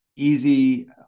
easy